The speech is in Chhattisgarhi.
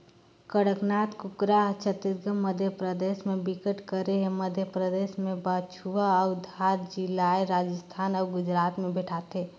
कड़कनाथ कुकरा हर छत्तीसगढ़, मध्यपरदेस में बिकट कर हे, मध्य परदेस में झाबुआ अउ धार जिलाए राजस्थान अउ गुजरात में भेंटाथे